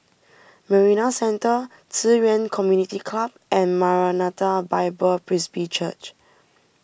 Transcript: Marina Centre Ci Yuan Community Club and Maranatha Bible Presby Church